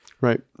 Right